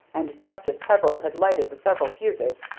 and, just as peveril had lighted the several fuses,